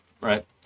right